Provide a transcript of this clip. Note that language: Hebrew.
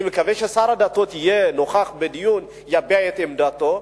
אני מקווה ששר הדתות יהיה נוכח בדיון ויביע את עמדתו.